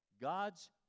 God's